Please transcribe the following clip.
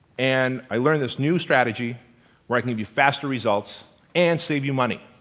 and i learned this new strategy where i can give you faster results and save you money.